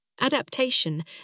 adaptation